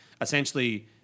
Essentially